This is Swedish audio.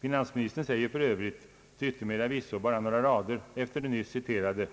Finansministern säger för övrigt till yttermera visso bara några rader efter det nyss citerade,